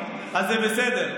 אז זה בסדר?